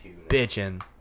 bitching